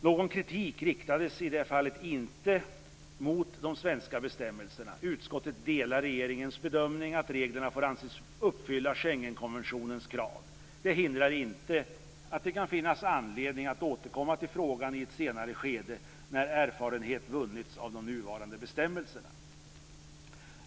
Någon kritik riktades i det fallet inte mot de svenska bestämmelserna. Utskottet delar regeringens bedömning att reglerna får anses uppfylla Schengenkonventionens krav. Det hindrar inte att det kan finnas anledning att återkomma till frågan i ett senare skede, när erfarenhet vunnits av de nuvarande bestämmelserna.